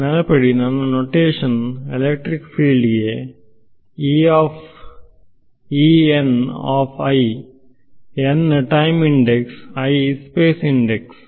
ನೆನಪಿಡಿ ನನ್ನ notation electric ಫೀಲ್ಡಿಗೆ n time index i space index